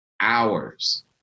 hours